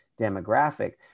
demographic